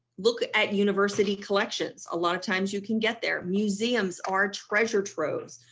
look at university collections. a lot of times you can get their museums, are treasure troves,